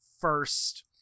first